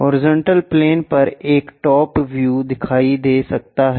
horizontal plane पर एक top व्यूदिखाई देता है